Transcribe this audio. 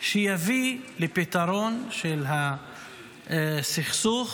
שיביא לפתרון של הסכסוך